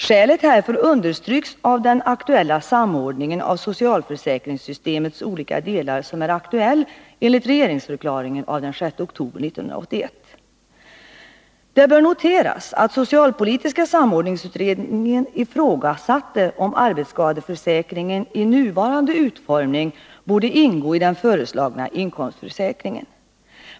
Skälet härför understryks av den aktuella samordningen av socialförsäkringssystemets olika delar som är aktuell enligt regeringsförklaringen av den 6 oktober 1981. Det bör noteras att socialpolitiska samordningsutredningen ifrågasatte om arbetsskadeförsäkringen i dess nuvarande utformning borde ingå i den föreslagna inkomstförsäkringen.